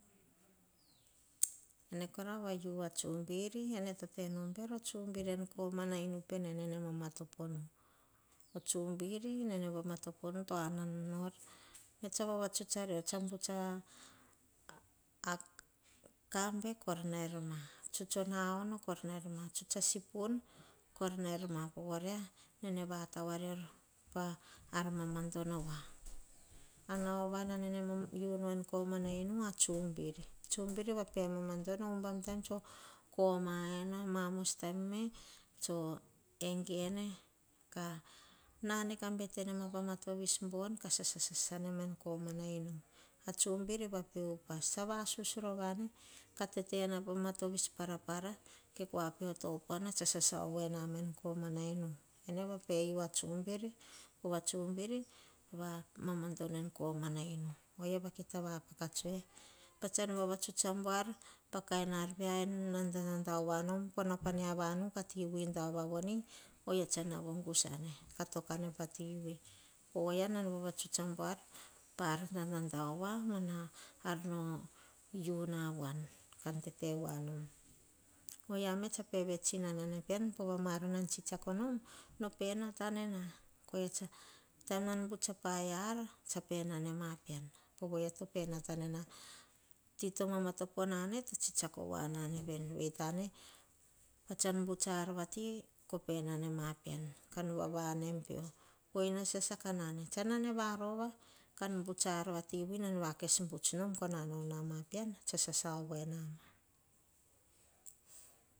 Ene kora va ua tsubir, ene totenu oh bero tsubiri. En koma na inu pene. Nene vama topo nu o tsubiri. Nene vama toponu. To anan nor ene, tse vavatut ario, ene tsa tsuts a kabe koi rear ka tsuts a sipon. Tuts o na ono kor naer ma, po voria, nene vatau arior pa ar mamadono woa anauvana nana unu tsubiri. Tsubiri vape mamado ohia tsa koma ene, ka egene ka nane, ka bete nema pa ma tovis bon. Kasasa enema en komana inu a tsubiri vape upas tsa vasus rova ene. Ka tetena pah ma tovis parapara. Ke kua peo topuanana ko sasa o voe na ma em inu. Pova tsubiri, mama dono en komana inu. Oyia va kita vapaka tsoe. Pat tsan vavatuts abuar pa kainarvia, ene nan dadao woa nom. Ko nau pa mia vanu, kati dao voa voni oyia tsa navu kusane.